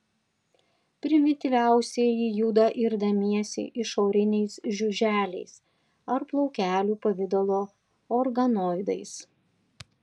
primityviausieji juda irdamiesi išoriniais žiuželiais ar plaukelių pavidalo organoidais